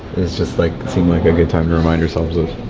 it's just like, seemed like a good time to remind ourselves of